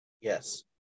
Yes